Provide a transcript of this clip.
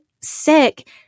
sick